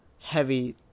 heavy